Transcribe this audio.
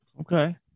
Okay